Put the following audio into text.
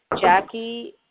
Jackie